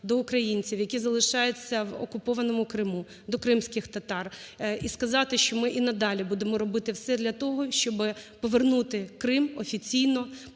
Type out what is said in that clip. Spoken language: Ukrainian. до українців, які залишаються в окупованому Криму, до кримських татар. І сказати, що ми і надалі будемо робити все для того, щоби повернути Крим офіційно,